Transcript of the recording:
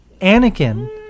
anakin